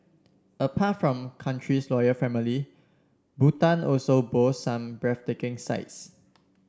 apart from country's royal family Bhutan also boasts some breathtaking sights